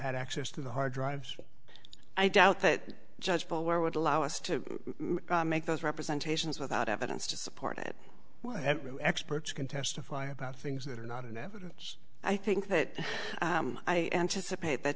had access to the hard drives i doubt that judge paul where would allow us to make those representations without evidence to support it experts can testify about things that are not in evidence i think that i anticipate that